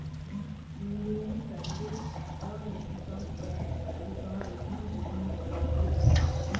Indian service గుండా income tax అధికారులను నియమిత్తారు